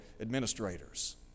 administrators